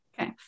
Okay